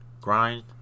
grind